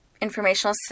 informational